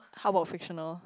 how about fictional